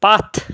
پَتھ